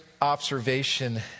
observation